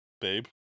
babe